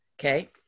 okay